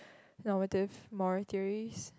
normative moral theories